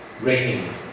raining